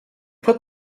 put